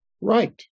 Right